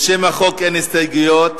לשם החוק אין הסתייגויות.